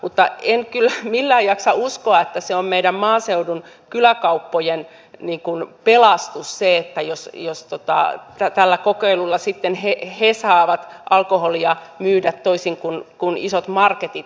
mutta en kyllä millään jaksa uskoa että se on meidän maaseudun kyläkauppojen pelastus jos tällä kokeilulla sitten he saavat alkoholia myydä toisin kuin isot marketit